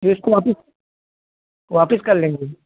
जिसको वापिस वापिस कर लेंगे